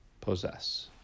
possess